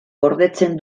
gordetzen